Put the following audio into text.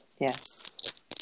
Yes